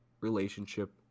relationship